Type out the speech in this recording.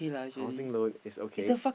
housing loan is okay